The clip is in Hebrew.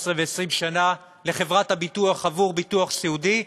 15 ו-20 שנה לחברת הביטוח עבור ביטוח סיעודי,